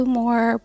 more